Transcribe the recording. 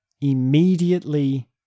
immediately